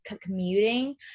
commuting